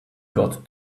got